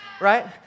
right